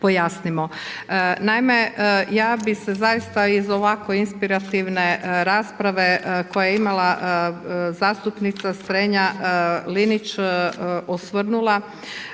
Naime, ja bih se zaista iz ovako inspirativne rasprave koju je imala zastupnica Strenja-Linić osvrnula.